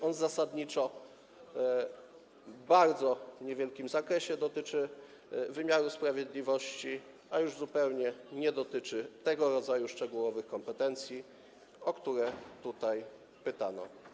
On zasadniczo w bardzo niewielkim zakresie dotyczy wymiaru sprawiedliwości, a już zupełnie nie dotyczy tego rodzaju szczegółowych kompetencji, o które tutaj pytano.